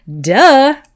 Duh